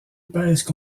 pèsent